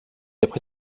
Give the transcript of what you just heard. après